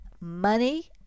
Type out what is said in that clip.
Money